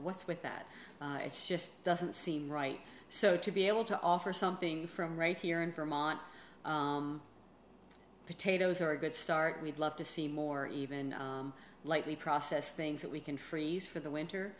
what's with that it's just doesn't seem right so to be able to offer something from right here in vermont potatoes are a good start we'd love to see more lightly process things that we can freeze for the winter